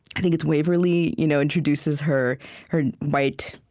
i think it's waverly you know introduces her her white,